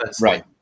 Right